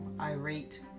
irate